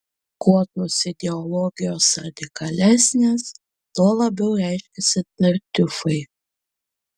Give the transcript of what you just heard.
kuo tos ideologijos radikalesnės tuo labiau reiškiasi tartiufai